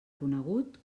conegut